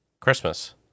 Christmas